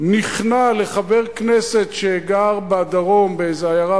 נכנע לחבר כנסת שגר בדרום באיזה עיירה